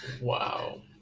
Wow